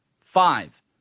five